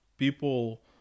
People